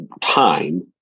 time